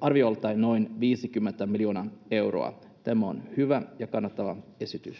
arviolta noin 50 miljoonaa euroa. Tämä on hyvä ja kannatettava esitys.